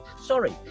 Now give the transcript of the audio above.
Sorry